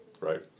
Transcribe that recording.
Right